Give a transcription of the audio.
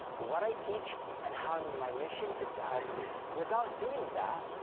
what i teach, and how um my mission is to help you. without doing that,